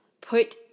put